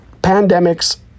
pandemics